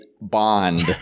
bond